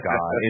God